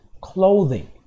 clothing